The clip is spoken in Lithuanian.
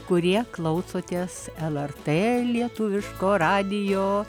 kurie klausotės lrt lietuviško radijo